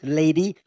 lady